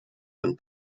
than